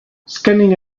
scanning